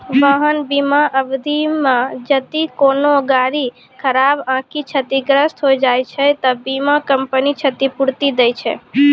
वाहन बीमा अवधि मे जदि कोनो गाड़ी खराब आकि क्षतिग्रस्त होय जाय छै त बीमा कंपनी क्षतिपूर्ति दै छै